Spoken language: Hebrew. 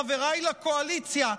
חברי לקואליציה,